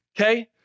Okay